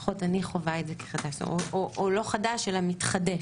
לפחות אני חווה את זה כחדש, או לא חדש אלא מתחדש.